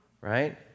right